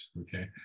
Okay